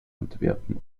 antwerpen